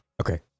Okay